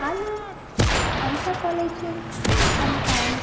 आनी आमच्या कॉलेजीन आमकां